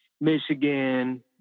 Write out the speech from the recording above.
Michigan